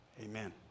Amen